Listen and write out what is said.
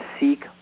seek